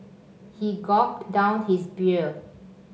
he gulped down his beer